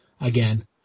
again